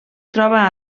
troba